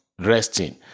resting